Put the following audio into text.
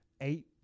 eight